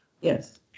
yes